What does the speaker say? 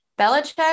Belichick